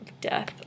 death